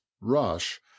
Rush